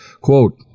Quote